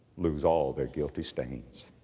lose all their guilty stains.